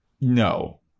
no